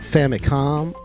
Famicom